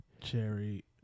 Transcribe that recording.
Cherry